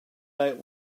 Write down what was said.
out